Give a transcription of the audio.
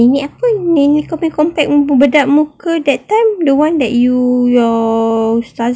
nenek pun nenek kau punya compact bedak muka that time the one that you your ustazah is it yes or no